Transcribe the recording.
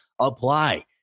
apply